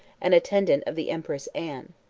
an attendant of the empress anne.